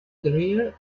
career